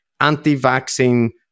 anti-vaccine